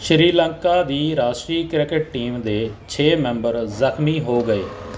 ਸ਼੍ਰੀਲੰਕਾ ਦੀ ਰਾਸ਼ਟਰੀ cricket team ਦੇ ਛੇ ਮੈਂਬਰ ਜ਼ਖਮੀ ਹੋ ਗਏ